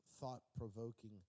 thought-provoking